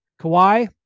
Kawhi